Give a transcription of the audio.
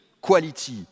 quality